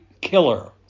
killer